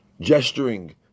gesturing